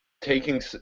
taking